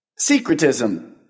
secretism